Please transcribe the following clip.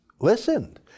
listened